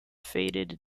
faded